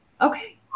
Okay